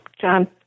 John